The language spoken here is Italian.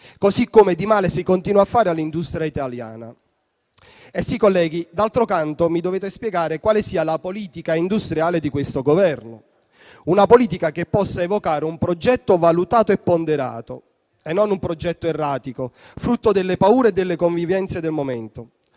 così come si continua a fare del male all'industria italiana. D'altro canto, colleghi, mi dovete spiegare quale sia la politica industriale di questo Governo, una politica che possa evocare un progetto valutato e ponderato e non un progetto erratico, frutto delle paure e delle connivenze del momento